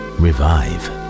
revive